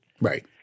Right